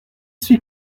suis